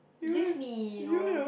Disney or